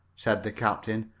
said the captain.